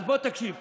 בוא תקשיב טוב-טוב.